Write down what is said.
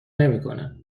نمیکنم